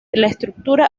estructura